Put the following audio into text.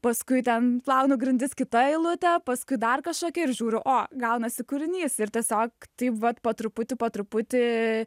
paskui ten plaunu grindis kita eilutė paskui dar kažkokį ir žiūriu o gaunasi kūrinys ir tiesiog taip vat po truputį po truputį